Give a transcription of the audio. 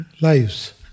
lives